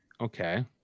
okay